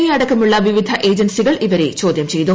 A അടക്കമുള്ള വിവിധ ഏജൻസികൾ ഇവരെ ചോദ്യംചെയ്തു